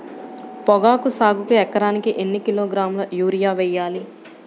పొగాకు సాగుకు ఎకరానికి ఎన్ని కిలోగ్రాముల యూరియా వేయాలి?